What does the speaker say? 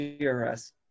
GRS